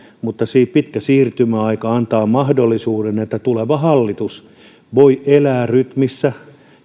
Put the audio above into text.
mutta pitkä siirtymäaika antaa mahdollisuuden että tuleva hallitus voi elää rytmissä